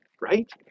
right